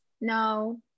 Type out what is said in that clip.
No